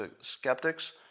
Skeptics